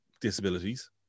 disabilities